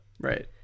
Right